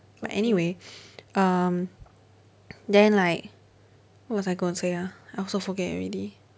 but anyway um then like what was I gonna say ah I also forget already